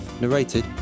Narrated